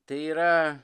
tai yra